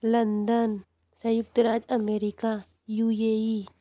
London संयुक्त राज्य America U A E